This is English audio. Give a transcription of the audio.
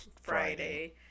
Friday